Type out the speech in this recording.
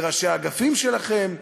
וראשי האגפים שלכם,